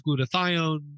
glutathione